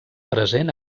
present